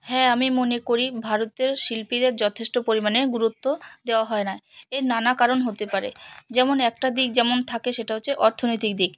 হ্যাঁ আমি মনে করি ভারতের শিল্পীদের যথেষ্ট পরিমাণে গুরুত্ব দেওয়া হয় না এর নানা কারণ হতে পারে যেমন একটা দিক যেমন থাকে সেটা হচ্ছে অর্থনৈতিক দিক